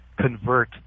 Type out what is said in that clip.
convert